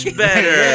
better